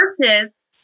versus